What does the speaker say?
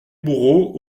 bourreau